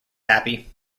happy